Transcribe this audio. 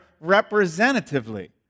representatively